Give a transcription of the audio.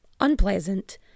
unpleasant